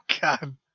God